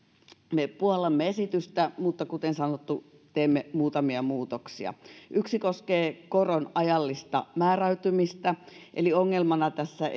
me puollamme esitystä mutta kuten sanottu teemme muutamia muutoksia yksi koskee koron ajallista määräytymistä eli ongelmana tässä